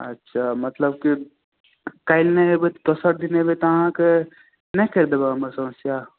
अच्छा मतलब कि काल्हि नहि अयबै तऽ दोसर दिन अयबै तऽ अहाँके नहि कैरि देबै हमर समस्या